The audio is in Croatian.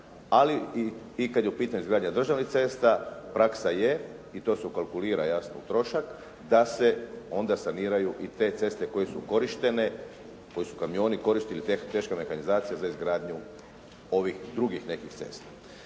ali i kada je u pitanju izgradnja državnih autocesta, praksa je i to se ukalkulira u trošak, da saniraju i te ceste koje su korištene, koje su kamioni koristili, ta teška mehanizacija za izgradnju ovih drugih nekih cesta.